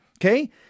Okay